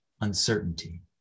uncertainty